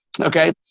Okay